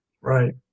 Right